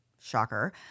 Shocker